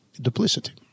duplicity